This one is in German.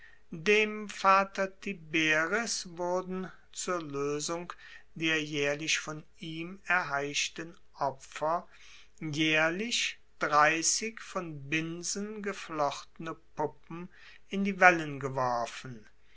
dem vater tiberis wurden zur loesung der jaehrlich von ihm erheischten opfer jaehrlich dreissig von binsen geflochtene puppen in die wellen geworfen